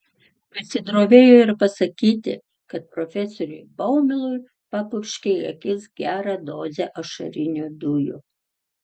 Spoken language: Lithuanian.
pasidrovėjo ir pasakyti kad profesoriui baumilui papurškė į akis gerą dozę ašarinių dujų